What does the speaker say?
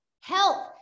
health